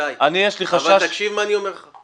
יש לי חשש --- איתי, תקשיב מה שאני אומר לך.